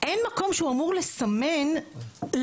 אין מקום שהוא אמור לסמן למה.